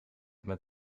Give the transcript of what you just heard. met